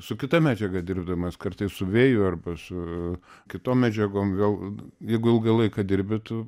su kita medžiaga dirbdamas kartais su vėju arba su kitom medžiagom gal jeigu ilgą laiką dirbi tu